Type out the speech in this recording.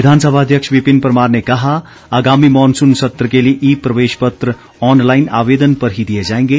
विधानसभा अध्यक्ष विपिन परमार ने कहा आगामी मॉनसून सत्र के लिए ई प्रवेश पत्र ऑनलाईन आवेदन पर ही दिए जाएंगे